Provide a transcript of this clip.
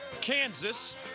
Kansas